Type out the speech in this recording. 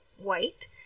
white